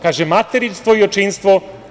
Kaže – materinstvo i očinstvo.